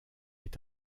est